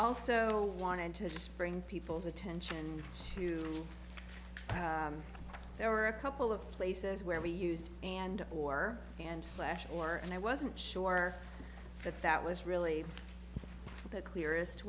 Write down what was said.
also wanted to spring people's attention to there were a couple of places where we used and or and slash or and i wasn't sure that that was really the clearest